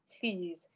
please